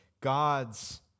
God's